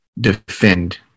defend